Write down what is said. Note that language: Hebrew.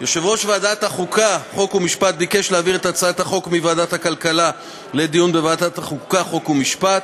הצעת חוק שכירות הוגנת (הוראת שעה ותיקוני חקיקה),